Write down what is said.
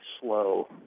slow